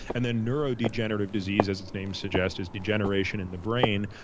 and then neurodegenerative disease as its name suggests is degeneration in the brain.